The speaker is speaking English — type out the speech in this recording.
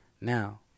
Now